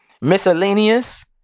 Miscellaneous